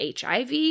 HIV